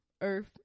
earth